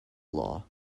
law